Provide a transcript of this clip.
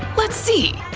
let's see,